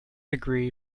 degree